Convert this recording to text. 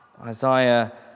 Isaiah